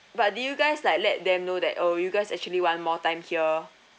but did you guys like let them know that oh you guys actually want more time here